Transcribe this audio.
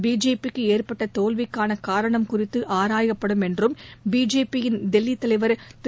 பிஜேபிக்கு ஏற்பட்ட தோல்விக்கான காரணம் குறித்து ஆராயப்படும் என்றும் பிஜேபியின் தில்லி தலைவர் திரு